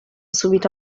subito